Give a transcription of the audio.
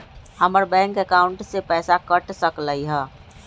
हमर bank account से पैसा कट सकलइ ह?